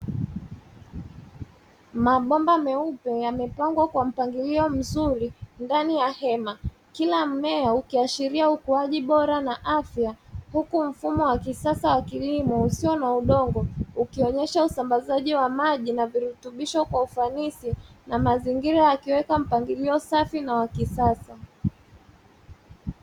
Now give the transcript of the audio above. Mabomba meupe yamepangwa kwa mpangilio mzuri ndani ya hema. Kila mmea ukiashiria ukuaji bora na afya, huku mfumo wa kisasa wa kilimo usio na udongo ukionyesha usambazaji wa maji na virutubisho kwa ufanisi na mazingira yakiweka mpangilio safi na wa kisasa.